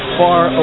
far